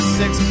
six